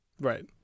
Right